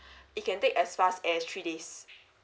you can take as fast as three days